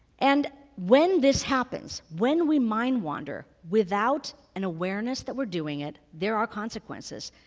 and when this happens, when we mind wander, without an awareness that we're doing it, there are consequences.